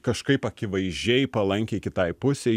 kažkaip akivaizdžiai palankiai kitai pusei